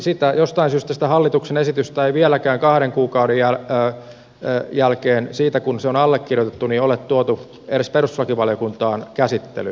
jostain syystä sitä hallituksen esitystä ei vieläkään kahden kuukauden jälkeen siitä kun se on allekirjoitettu ole tuotu edes perustuslakivaliokuntaan käsittelyyn